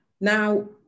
now